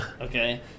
Okay